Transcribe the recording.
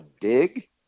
dig